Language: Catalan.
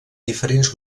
diferents